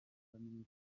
yashyize